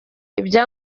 ibya